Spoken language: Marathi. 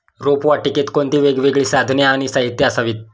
रोपवाटिकेत कोणती वेगवेगळी साधने आणि साहित्य असावीत?